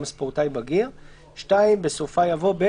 גם ספורטאי בגיר"; בסופה יבוא: "(ב)